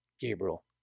Gabriel